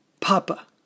Papa